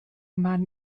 man